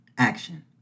Action